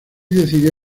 decidió